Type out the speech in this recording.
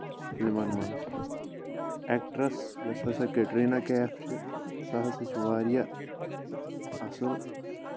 فِلمَن منٛز ایکٹرس یۄس ہسا کیٹریٖنا کیف چھِ سۄ ہسا چھِ واریاہ اَصٕل